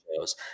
shows